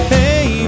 Hey